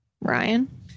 Ryan